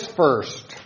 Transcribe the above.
first